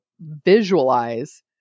visualize